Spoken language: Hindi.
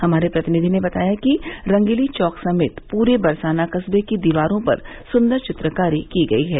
हमारे प्रतिनिधि ने बताया है कि रंगीली चौक समेत पूरे बरसाना कस्बे की दीवारों पर सुन्दर चित्रकारी की गयी है